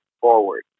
forward